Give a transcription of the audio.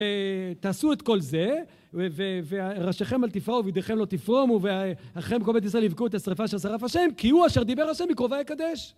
אה... תעשו את כל זה, וראשיכם אל תפרעו ובגדיכם לא תפרומו, ואחיכם כל בית ישראל יבכו את השריפה אשר שרף השם, כי הוא אשר דיבר השם בקרובי אקדש